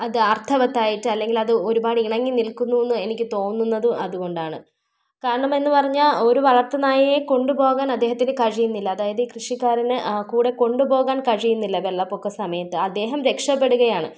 അത് അർത്ഥവത്തായിട്ട് അല്ലെങ്കിൽ അത് ഒരുപാട് ഇണങ്ങി നിൽക്കുന്നു എന്ന് എനിക്ക് തോന്നുന്നതും അതുകൊണ്ടാണ് കാരണം എന്ന് പറഞ്ഞാൽ ഒരു വളർത്ത് നായയെ കൊണ്ട് പോകാൻ അദ്ദേഹത്തിന് കഴിയുന്നില്ല അതായത് കൃഷിക്കാരന് കൂടെ കൊണ്ട് പോകാൻ കഴിയുന്നില്ല വെള്ളപ്പൊക്ക സമയത്ത് അദ്ദേഹം രക്ഷപ്പെടുകയാണ്